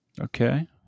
Okay